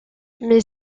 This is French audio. mais